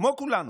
כמו כולנו,